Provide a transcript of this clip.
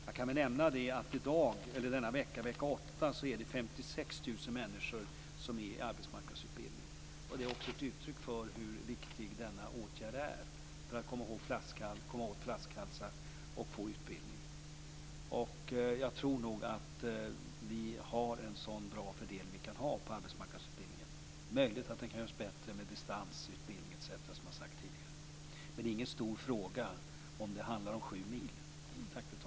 Jag kan nämna att det denna vecka, vecka 8, finns 56 000 människor i arbetsmarknadsutbildning. Det är också ett uttryck för hur viktig denna åtgärd är för att komma åt flaskhalsar och ge utbildning. Jag tror att vi har en så bra fördelning vi kan ha på arbetsmarknadsutbildningen. Det är möjligt att den kan göras bättre med distansutbildning, etc., som har sagts tidigare. Men det är ingen stor fråga om det handlar om sju mil.